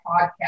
podcast